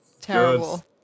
Terrible